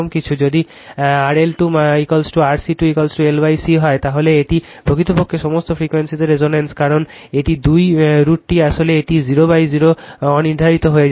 যদি RL2RC2 LC হয় তাহলে এটি প্রকৃতপক্ষে সমস্ত ফ্রিকোয়েন্সিতে রেজোনেন্স কারণ এই 2 রুটটি আসলে এটি 00 অনির্ধারিত হয়ে যাবে